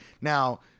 Now